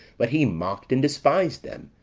but he mocked and despised them,